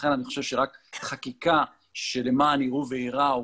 לכן אני חושב שרק חקיקה למען יראו ויראו